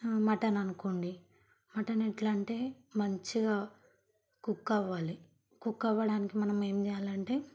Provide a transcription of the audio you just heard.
mutton అనుకోండి mutton ఎలా అంటే మంచిగా కుక్ అవ్వాలి కుక్ అవడానికి మనం ఏం చేయాలంటే